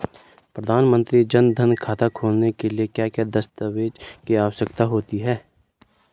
प्रधानमंत्री जन धन खाता खोलने के लिए क्या क्या दस्तावेज़ की आवश्यकता होती है?